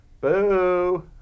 Boo